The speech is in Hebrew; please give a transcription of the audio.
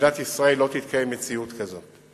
במדינת ישראל לא תתקיים מציאות כזאת.